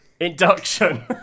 induction